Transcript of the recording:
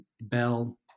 bell